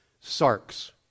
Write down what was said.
sarks